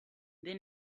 then